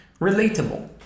relatable